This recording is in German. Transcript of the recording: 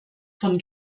von